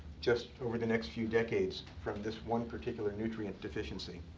just over the next few decades from this one particular nutrient deficiency.